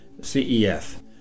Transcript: CEF